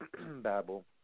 babble